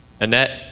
Annette